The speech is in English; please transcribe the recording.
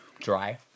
Dry